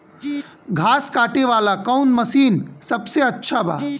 घास काटे वाला कौन मशीन सबसे अच्छा बा?